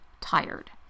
tired